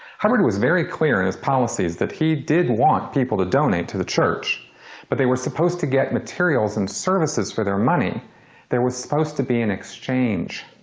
hubbard was very clear in his policies that he did want people to donate to the church but they were supposed to get materials and services for their money there was supposed to be an exchange.